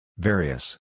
Various